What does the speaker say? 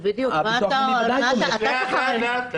בדיוק, אתה צריך לדבר.